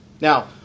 Now